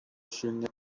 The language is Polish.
silnie